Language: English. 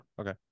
okay